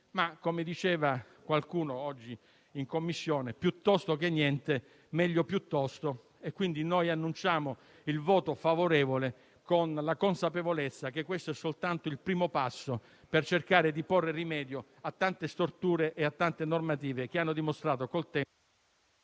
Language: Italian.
Ma, come diceva qualcuno oggi in Commissione, piuttosto che niente è meglio piuttosto. Annunciamo pertanto il nostro voto favorevole, con la consapevolezza che questo è soltanto il primo passo per cercare di porre rimedio a tante storture e a tante normative che hanno dimostrato...